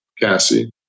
Cassie